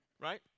right